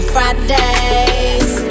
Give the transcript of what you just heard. Fridays